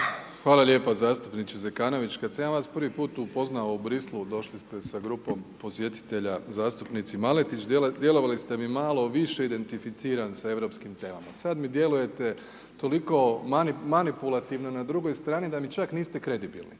Hvala lijepo zastupniče Zekanović. Kad sam ja vas prvi put upoznao u Brislu došli ste sa grupom posjetitelja zastupnici Maletić, djelovali ste mi malo više identificiran s europskim temama, sad mi djelujete toliko manipulativno na drugoj strani da mi čak niste kredibilni